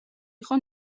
იყო